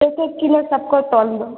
एक एक किलो सबको तौल दो